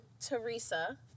Teresa